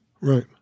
Right